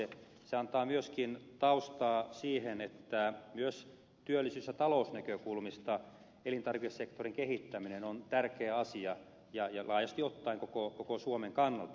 se antaa myöskin taustaa siihen että myös työllisyys ja talousnäkökulmista katsoen elintarvikesektorin kehittäminen on tärkeä asia ja laajasti ottaen koko suomen kannalta